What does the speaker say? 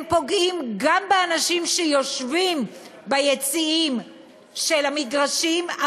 הם פוגעים גם באנשים שיושבים ביציעים של המגרשים,